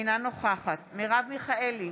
אינה נוכחת מרב מיכאלי,